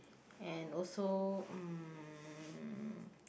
and also um